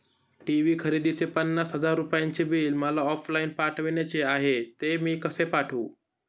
TV खरेदीचे पन्नास हजार रुपयांचे बिल मला ऑफलाईन पाठवायचे आहे, ते मी कसे पाठवू?